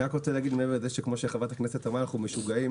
אני רק רוצה להגיד מעבר לזה שכמו שחברת הכנסת אמרה אנחנו משוגעים,